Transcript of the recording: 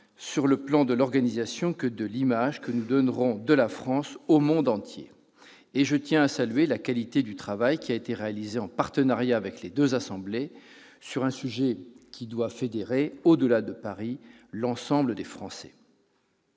sur le plan tant de l'organisation que de l'image que nous donnerons de la France au monde entier. Je tiens à saluer la qualité du travail qui a été réalisé en partenariat entre les deux assemblées, sur un sujet qui doit fédérer, au-delà de Paris, l'ensemble des Français.